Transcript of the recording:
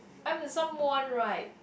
I'm someone right